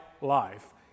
life